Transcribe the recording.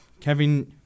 Kevin